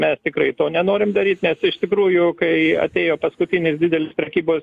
mes tikrai to nenorim daryt nes iš tikrųjų kai atėjo paskutinis didelis prekybos